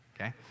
Okay